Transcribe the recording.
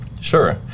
Sure